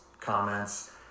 comments